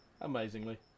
amazingly